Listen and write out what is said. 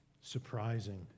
Surprising